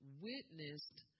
witnessed